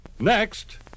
Next